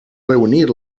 reunir